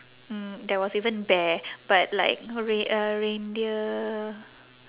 mm there was even bear but like rei~ uh reindeer